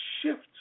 shift